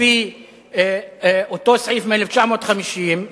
לפי אותו סעיף מ-1950,